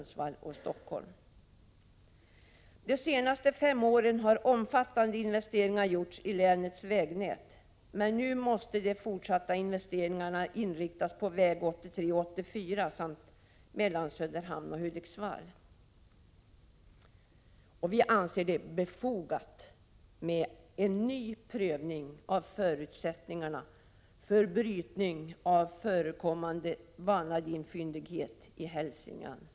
De senaste fem åren har omfattande investeringar gjorts i länets vägnät, men nu måste de fortsatta investeringarna inriktas på vägarna 83 och 84 samt vägen mellan Söderhamn och Hudiksvall. Vi anser det befogat med en ny prövning av förutsättningarna för brytning av förekommande vanadinfyndighet i Hälsingland.